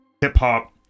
hip-hop